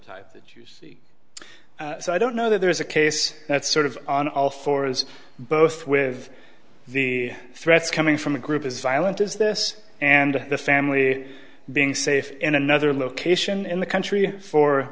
time that you see so i don't know that there is a case that's sort of on all fours both with the threats coming from the group as violent does this and the family being safe in another location in the country for